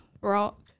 rock